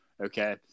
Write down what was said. Okay